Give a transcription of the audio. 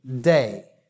day